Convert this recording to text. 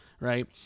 right